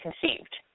conceived